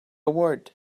word